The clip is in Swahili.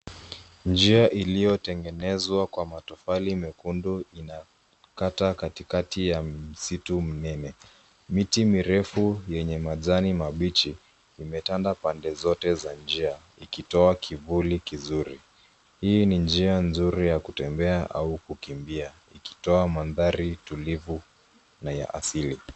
Njia iliyotengenezwa kwa matofali mekundu, inakata katikati ya msitu mnene. Miti mirefu yenye majani mabichi, imetanda pande zote za njia, ikitoa kivuli kizuri. Hii ni njia nzuri ya kutembea au kukimbia, ikitoa mandhari tulivu na ya asili.